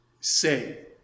say